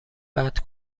قطع